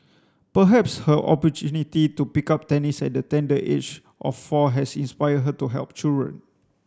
perhaps her opportunity to pick up tennis at the tender age of four has inspired her to help children